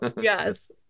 Yes